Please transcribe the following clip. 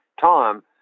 time